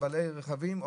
מלא רכבים.